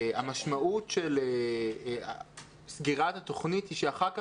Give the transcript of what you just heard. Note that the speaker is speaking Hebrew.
המשמעות של סגירת התוכנית היא שאחר כך,